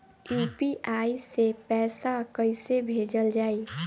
UPI से पैसा कइसे भेजल जाई?